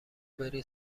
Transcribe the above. بری